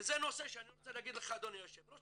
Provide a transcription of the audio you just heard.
וזה נושא שאני רוצה להגיד לך אדוני יושב הראש,